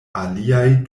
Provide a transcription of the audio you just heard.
aliaj